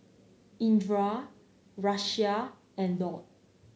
Indra Raisya and Daud